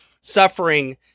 suffering